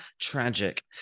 tragic